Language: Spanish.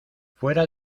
fuera